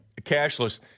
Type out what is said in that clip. cashless